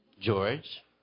George